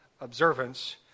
observance